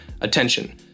attention